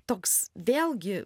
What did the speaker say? toks vėlgi